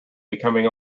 becoming